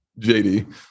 JD